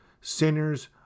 Sinners